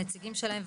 הנציגים שלהם,